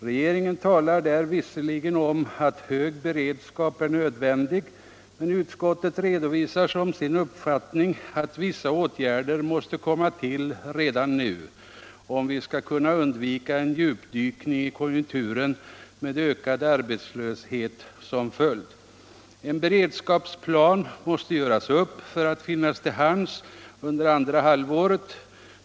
Regeringen talar där visserligen om att hög beredskap är nödvändig, men utskottet redovisar som sin uppfattning att vissa åtgärder måste komma till redan nu, om vi skall kunna undvika en djupdykning i konjunkturen med ökad arbetslöshet som följd. En beredskapsplan måste göras upp för att finnas till hands under andra halvåret.